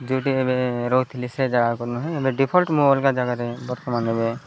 ଯେଉଁଠି ଏବେ ରହୁଥିଲି ସେ ଜାଗାକୁ ନୁହେଁ ଏବେ ଡିଫଲ୍ଟ ମୋ ଅଲଗା ଜାଗାରେ ବର୍ତ୍ତମାନ ଏବେ